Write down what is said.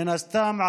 מן הסתם,